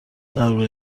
درباره